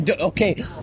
Okay